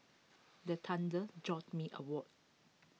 the thunder jolt me awoke